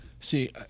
See